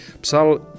psal